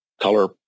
color